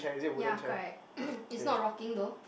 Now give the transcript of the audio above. ya correct it's not rocking though